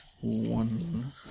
One